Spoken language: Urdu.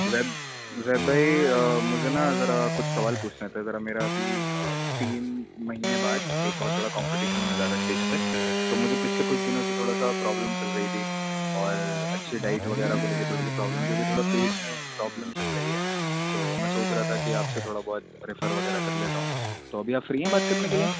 زید زید بھائی مجھے نا ذرا کچھ سوال پوچھنا تھا ذرا میرا ابھی تین مہینے بعد ایک بہت بڑا کمپٹیشن ہونے جا رہا ہے اسٹیج پہ تو مجھے پچھے کچھ دنوں سے تھوڑا سا پرابلم چل رہی تھی اور اچھی ڈائٹ وغیرہ کو لے کے تھوڑی سی پرابلم جو کہ تھوڑا پیٹ میں پرابلم چل رہی ہے تو میں سوچ رہا تھا کہ آپ سے تھوڑا بہت ریفر وغیرہ کر لیتا ہوں تو ابھی آپ فری ہیں بات کرنے کے لیے